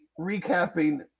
recapping